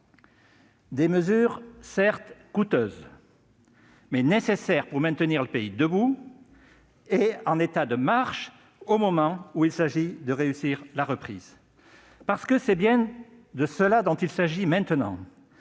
Ces mesures sont certes coûteuses, mais elles sont nécessaires pour maintenir le pays debout et en état de marche au moment où il s'agit de réussir la reprise. Parce que c'est bien de cela qu'il s'agit maintenant